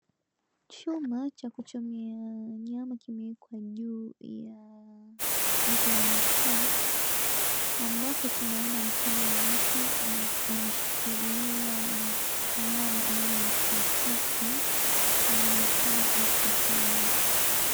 Chuma cha kuchomea nyama kimewekwa juu ya jiko la makaa ambapo tunaona mkono wa mtu ameshikilia nyama aina ya mishakiki inaonekana iko tayari.